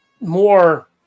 More